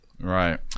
right